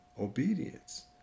obedience